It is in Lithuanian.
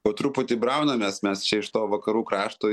po truputį braunamės mes čia iš to vakarų krašto